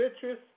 citrus